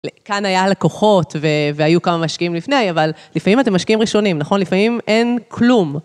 כאן היה לקוחות והיו כמה משקיעים לפני, אבל לפעמים אתם משקיעים ראשונים, נכון? לפעמים אין כלום.